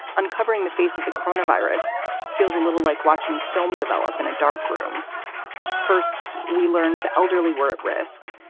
uncovering the face of the corona virus feels a little like watching film develop in a dark room first, we learned the elderly were at risk,